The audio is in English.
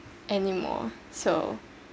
anymore so